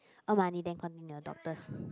earn money then continue your doctors